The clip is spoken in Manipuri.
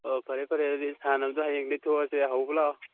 ꯑꯣ ꯐꯔꯦ ꯐꯔꯦ ꯑꯗꯨꯗꯤ ꯁꯥꯟꯅꯕꯗꯣ ꯍꯌꯦꯡꯗꯒꯤ ꯊꯣꯛꯑꯁꯦ ꯍꯧꯕ ꯂꯥꯛꯑꯣ